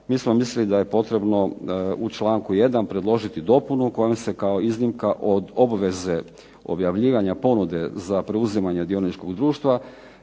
mi smo mislili da je potrebno u članku 1. predložiti dopunu kojom se kao iznimka od obveze objavljivanja ponude za preuzimanje dioničkog društva